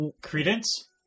Credence